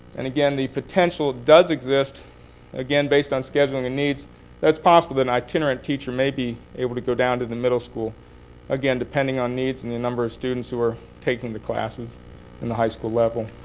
and again, the potential does exist again, based on scheduling and needs though it's possible that an itinerant teacher may be able to go down to the middle school again, depending on needs and the number of students who are taking the classes in the high school level.